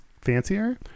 fancier